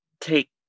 take